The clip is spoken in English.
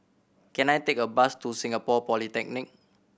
can I take a bus to Singapore Polytechnic